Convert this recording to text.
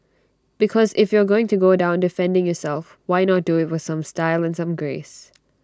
because if you are going to go down defending yourself why not do IT with some style and some grace